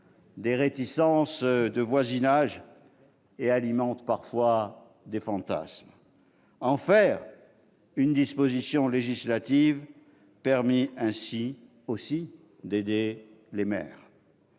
-des réticences de voisinage et alimentent parfois des fantasmes. En faire une disposition législative permet aussi d'aider les maires.